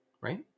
Right